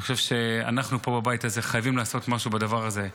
אני חושב שאנחנו פה בבית הזה חייבים לעשות משהו בדבר הזה.